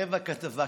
רבע כתבה,